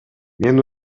мен